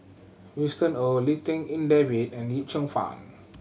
Winston Oh Lim Tik En David and Yip Cheong Fun